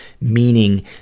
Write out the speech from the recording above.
meaning